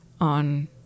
on